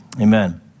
Amen